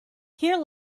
here